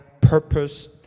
purpose